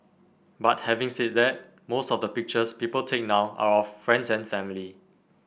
but having said that most of the pictures people take now are of friends and family